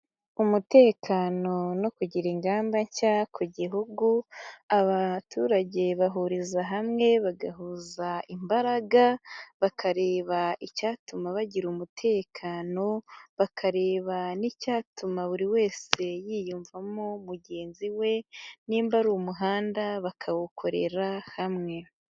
Umutekano no kugira ingamba nshya ku gihugu, abaturage bahuriza hamwe bagahuza imbaraga, bakareba icyatuma bagira umutekano, bakareba n'icyatuma buri wese yiyumvamo mugenzi we, niba ari umuhanda bakawukorera hamwe.